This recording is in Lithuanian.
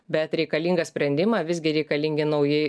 bet reikalingą sprendimą visgi reikalingi nauji